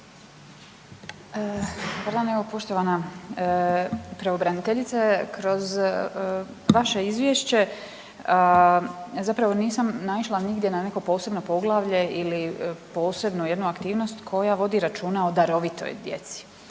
se/… evo poštovana pravobraniteljice, kroz vaše izvješće zapravo nisam naišla nigdje na neko posebno poglavlje ili posebno jednu aktivnost koja vodi računa o darovitoj djeci.